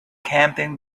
camping